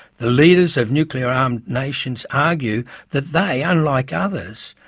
the leaders of nuclear-armed nations argue that they, unlike others,